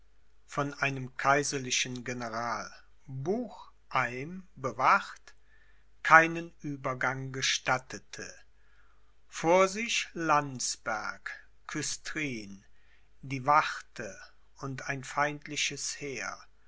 von einem kaiserlichen general bucheim bewacht keinen uebergang gestattete vor sich landsberg küstrin die warthe und ein feindliches heer